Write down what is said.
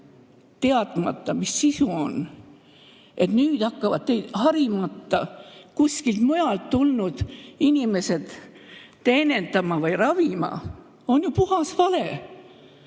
teadmata, mis sisu on, et nüüd hakkavad harimata, kuskilt mujalt tulnud inimesed teenindama või ravima, on puhas vale.